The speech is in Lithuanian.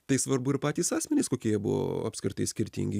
tai svarbu ir patys asmenys kokie jie buvo apskritai skirtingi